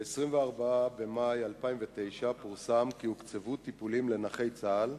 ב-24 במאי 2009 פורסם כי הוקצבו טיפולים לנכי צה"ל